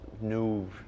new